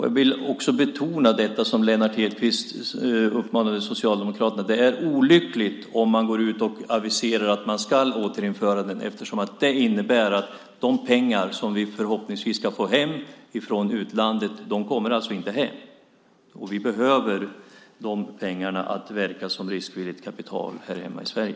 Jag vill också betona det som Lennart Hedquist uppmanade Socialdemokraterna till, nämligen att det är olyckligt om de går ut och aviserar att de ska återinföra den eftersom det innebär att de pengar som vi förhoppningsvis ska få hem från utlandet inte kommer hem. Och vi behöver dessa pengar som riskvilligt kapital här hemma i Sverige.